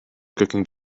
cooking